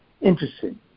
Interesting